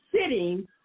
sitting